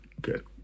Good